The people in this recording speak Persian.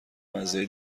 مزه